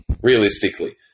realistically